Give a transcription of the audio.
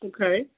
Okay